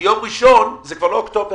כי יום ראשון זה כבר לא אוקטובר.